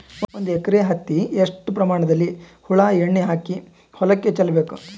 ಒಂದು ಎಕರೆ ಹತ್ತಿ ಎಷ್ಟು ಪ್ರಮಾಣದಲ್ಲಿ ಹುಳ ಎಣ್ಣೆ ಹಾಕಿ ಹೊಲಕ್ಕೆ ಚಲಬೇಕು?